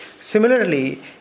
Similarly